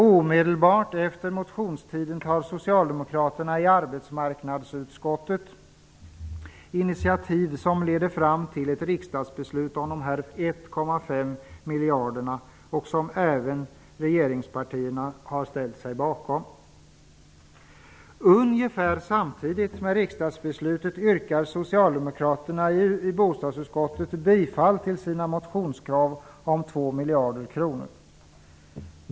Omedelbart efter motionstiden tar socialdemokraterna i arbetsmarknadsutskottet initiativ som leder fram till riksdagsbeslutet om de 1,5 miljarderna, ett beslut som även regeringspartierna ställt sig bakom. Ungefär samtidigt med riksdagsbeslutet yrkar socialdemokraterna i bostadsutskottet bifall till sina motionskrav om ytterligare 2 miljarder kronor.